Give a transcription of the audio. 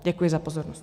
Děkuji za pozornost.